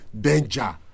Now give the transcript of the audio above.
danger